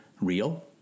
real